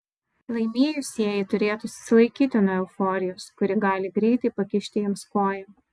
laimėjusieji turėtų susilaikyti nuo euforijos kuri gali greitai pakišti jiems koją